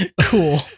cool